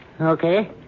Okay